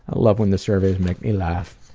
love when the surveys make me laugh.